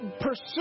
pursue